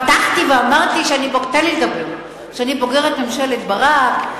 פתחתי ואמרתי שאני בוגרת ממשלת ברק.